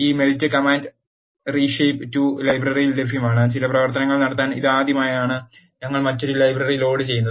ഈ melt command റീഷെപ്2ലൈബ്രറിയിൽ ലഭ്യമാണ് ചില പ്രവർത്തനങ്ങൾ നടത്താൻ ഇതാദ്യമായാണ് ഞങ്ങൾ മറ്റൊരു ലൈബ്രറി ലോഡ് ചെയ്യുന്നത്